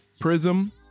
prism